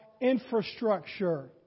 infrastructure